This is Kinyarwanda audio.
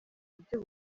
buryo